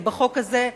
בחוק הזה,